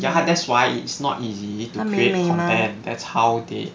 ya that's why it's not easy to create content that's how they